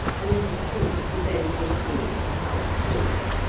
a little paint would then conceal the slight chinks,